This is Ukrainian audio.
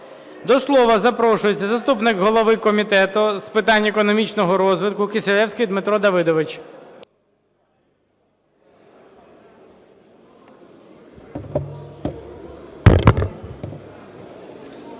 До слова запрошується заступник голови Комітету з питань економічного розвитку Кисилевський Дмитро Давидович.